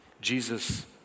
Jesus